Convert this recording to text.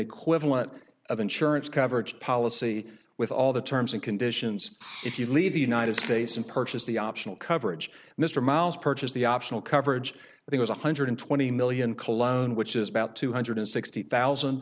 equivalent of insurance coverage policy with all the terms and conditions if you leave the united states and purchase the optional coverage mr miles purchased the optional coverage there was one hundred twenty million cologne which is about two hundred sixty thousand